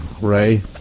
Ray